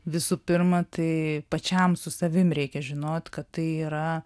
visų pirma tai pačiam su savim reikia žinot kad tai yra